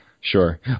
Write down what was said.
sure